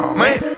man